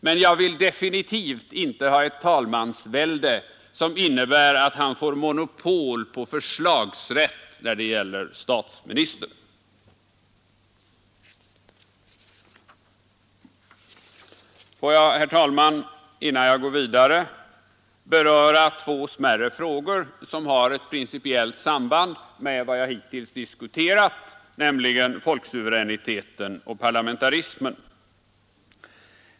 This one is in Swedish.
Men jag vill definitvt inte ha ett talmansvälde som innebär att talmannen får monopol på förslagsrätt när det gäller statsminister. Får jag, herr talman, innan jag går vidare beröra två smärre frågor som har ett principiellt samband med vad jag hittills behandlat, nämligen folksuveräniteten och parlamentarismen.